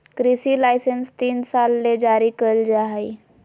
कृषि लाइसेंस तीन साल ले जारी कइल जा हइ